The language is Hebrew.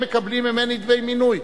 הם מקבלים ממני דמי מנוי,